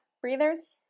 Breathers